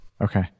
okay